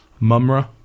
Mumra